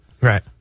Right